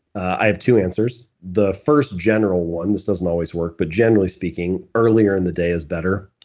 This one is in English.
i have two answers. the first general one, this doesn't always work, but generally speaking, earlier in the day is better